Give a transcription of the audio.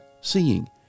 seeing